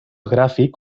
gràfic